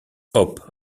hope